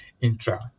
intra